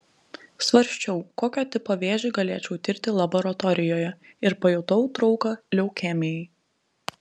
svarsčiau kokio tipo vėžį galėčiau tirti laboratorijoje ir pajutau trauką leukemijai